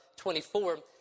24